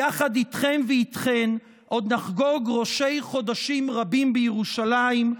יחד איתכם ואיתכן עוד נחגוג ראשי חודשים רבים בירושלים,